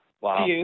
wow